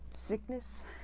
sickness